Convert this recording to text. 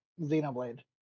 Xenoblade